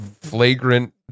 flagrant